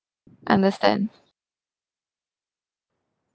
understand